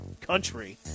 country